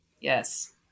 Yes